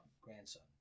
grandson